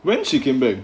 when she came back